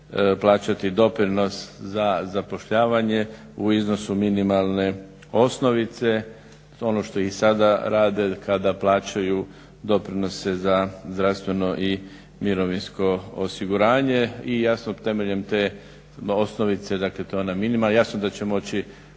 plaćati doprinos za zapošljavanje u iznosu minimalne osnovice ono što i sada rade kada plaćaju doprinose za zdravstveno i mirovinsko osiguranje. I jasno temeljem te osnovice dakle to je ona minimalna, jasno da će moći